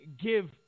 give